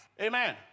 Amen